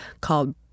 Called